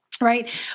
right